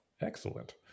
Excellent